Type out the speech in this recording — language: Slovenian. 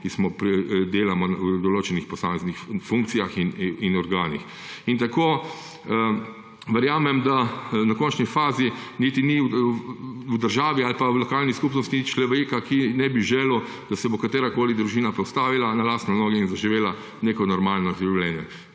ki delamo na določenih funkcijah in organih. Verjamem, da v končni fazi niti ni v državi ali pa v lokalni skupnosti človeka, ki ne bi želel, da se bo katerakoli družina postavila na lastne noge in zaživela neko normalno življenje.